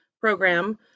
program